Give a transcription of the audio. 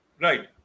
Right